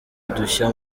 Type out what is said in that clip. udushya